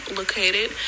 located